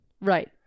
Right